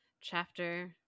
Chapter